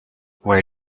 where